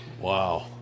Wow